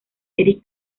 eric